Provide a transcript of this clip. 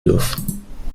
dürfen